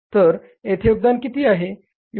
तर येथे योगदान किती आहे